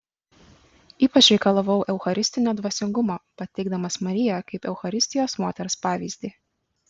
ypač reikalavau eucharistinio dvasingumo pateikdamas mariją kaip eucharistijos moters pavyzdį